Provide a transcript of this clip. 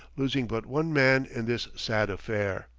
losing but one man in this sad affair.